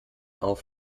auf